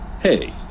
Hey